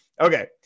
Okay